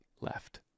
left